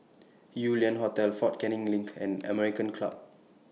Yew Lian Hotel Fort Canning LINK and American Club